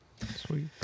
sweet